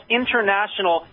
international